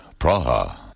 Praha